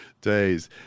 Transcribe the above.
days